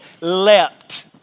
leapt